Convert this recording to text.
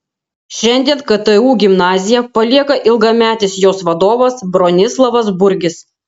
šiandien ktu gimnaziją palieka ilgametis jos vadovas bronislovas burgis